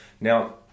Now